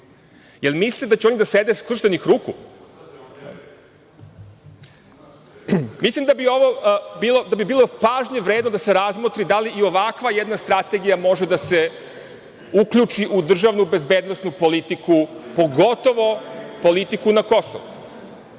Jel misle da će oni da sede skrštenih ruku? Mislim da bi bilo važno i vredno da se razmotri da li ovakva jedna strategija može da se uključi u državnu bezbednosnu politiku, pogotovo politiku na